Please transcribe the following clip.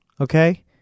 Okay